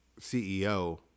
CEO